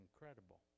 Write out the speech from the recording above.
incredible